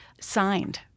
signed